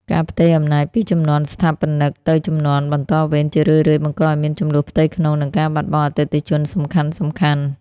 ការផ្ទេរអំណាចពីជំនាន់ស្ថាបនិក ទៅជំនាន់បន្តវេន ជារឿយៗបង្កឱ្យមានជម្លោះផ្ទៃក្នុង និងការបាត់បង់អតិថិជនសំខាន់ៗ។